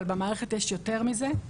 אבל במערכת יש יותר מזה.